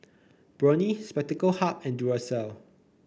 Burnie Spectacle Hut and Duracell